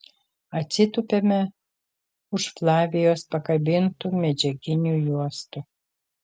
atsitupiame už flavijos pakabintų medžiaginių juostų